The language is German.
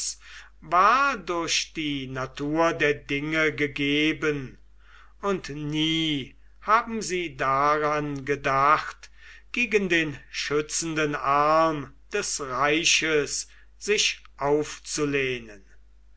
war durch die natur der dinge gegeben und nie haben sie daran gedacht gegen den schützenden arm des reiches sich aufzulehnen